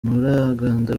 n’uruganda